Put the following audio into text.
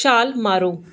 ਛਾਲ ਮਾਰੋ